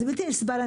זה בלתי נסבל.